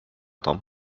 tom